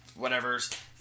whatevers